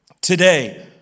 today